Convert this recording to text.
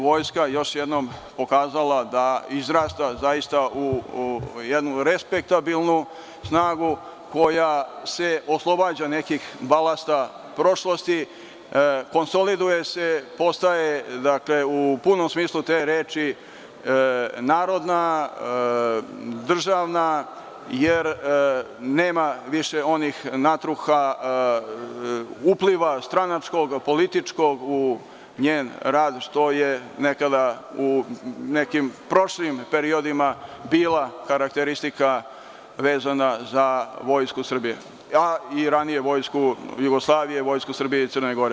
Vojska je još jednom pokazala da izrasta u jednu respektabilnu snagu, koja se oslobađa nekih balasta prošlosti, konsoliduje se, postaje u punom smislu te reči narodna, državna, jer nema više onih natruha, upliva stranačkog, političkog u njen rad, što je nekada u nekim prošlim periodima bila karakteristika vezana za Vojsku Srbije, i ranije vojsku Jugoslavije, Vojsku Srbije i Crne Gore.